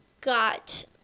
got